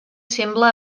sembla